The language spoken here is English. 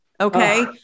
Okay